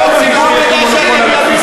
לא אמרתי שיש לי מונופול על התפיסה,